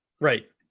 Right